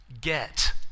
get